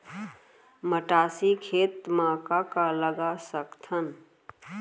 मटासी खेत म का का लगा सकथन?